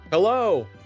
Hello